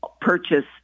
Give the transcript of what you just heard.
purchase